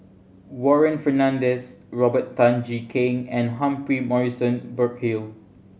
Warren Fernandez Robert Tan Jee Keng and Humphrey Morrison Burkill